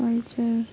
culture